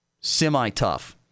semi-tough